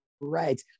Right